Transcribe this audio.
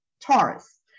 Taurus